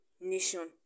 nation